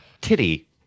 Titty